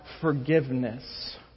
forgiveness